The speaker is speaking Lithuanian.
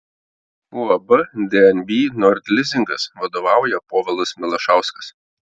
uab dnb nord lizingas vadovauja povilas milašauskas